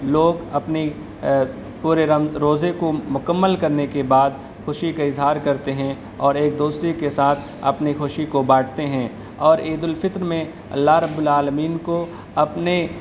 لوگ اپنی پورے روزے کو مکمل کرنے کے بعد خوشی کا اظہار کرتے ہیں اور ایک دوسرے کے ساتھ اپنی خوشی کو بانٹتے ہیں اور عید الفطر میں اللہ رب العالمین کو اپنے